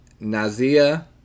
Nazia